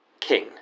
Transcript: King